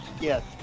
Yes